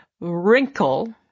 Wrinkle